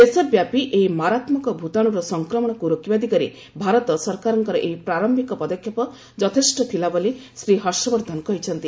ଦେଶ ବ୍ୟାପି ଏହି ମାରାତ୍ମକ ଭୂତାଣୁର ସଫକ୍ରମଣକୁ ରୋକିବା ଦିଗରେ ଭାରତ ସରକାରଙ୍କର ଏହି ପ୍ରାର୍ୟିକ ପଦକ୍ଷେପ ଯଥେଷ୍ଟ ଥିଲା ବୋଲି ଶ୍ରୀ ହର୍ଷବର୍ଦ୍ଧନ କହିଛନ୍ତି